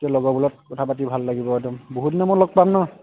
এতিয়া লগৰবোৰৰ লগত কথা পাতি ভাল লাগিব একদম বহুত দিনৰ মূৰত লগ পাম ন